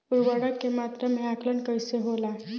उर्वरक के मात्रा में आकलन कईसे होला?